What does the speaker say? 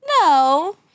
No